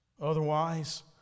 Otherwise